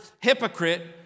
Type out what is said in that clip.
hypocrite